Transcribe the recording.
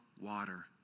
water